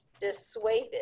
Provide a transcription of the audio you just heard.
dissuaded